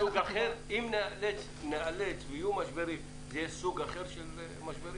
אם יהיו משברים, זה יהיה סוג אחר של משברים?